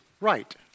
right